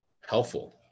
helpful